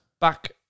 Back